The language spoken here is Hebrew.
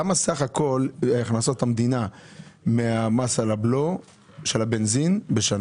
כמה סך הכול הכנסות המדינה מהמס על הבלו של הבנזין בשנה?